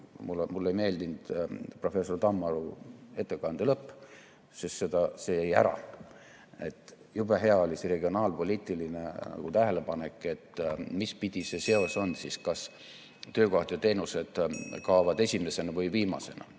Mulle ei meeldinud professor Tammaru ettekande lõpp, sest see jäi ära. Jube hea oli regionaalpoliitiline tähelepanek, et mispidi see seos on, kas töökohad ja teenused kaovad esimesena või viimasena.